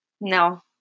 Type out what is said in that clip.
No